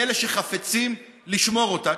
מאלה שחפצים לשמור אותה,